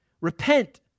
Repent